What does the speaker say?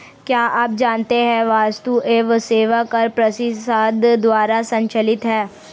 क्या आप जानते है वस्तु एवं सेवा कर परिषद द्वारा संचालित है?